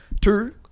Two